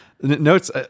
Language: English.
notes